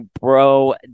bro